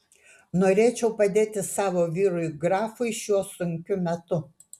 norėčiau padėti savo vyrui grafui šiuo sunkiu metu